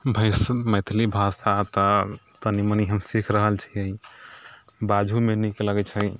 मैथिली भाषा तऽ कनी मनी हम सीख रहल छियै बाजहोमे नीक लगैत छै